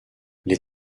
les